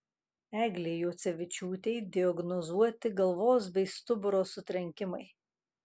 eglei juocevičiūtei diagnozuoti galvos bei stuburo sutrenkimai